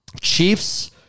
Chiefs